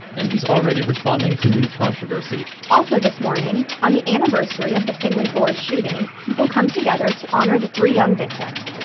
and he's already responding to new controversy. also this morning on the anniversary of the finley four shooting people come together to honor the three young victims.